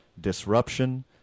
disruption